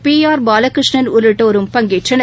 B R Balakrishnan உள்ளிட்டோரும் பங்கேற்றனர்